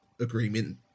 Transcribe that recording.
agreement